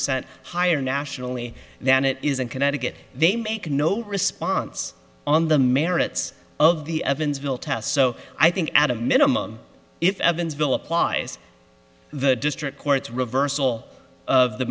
cent higher nationally than it is in connecticut they make no response on the merits of the evansville test so i think at a minimum if evansville applies the district court's reversal of the